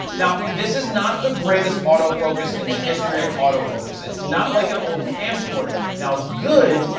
now this is not the greatest autofocus in the history of autofocus. it's not like an old camcorder. now, it's good.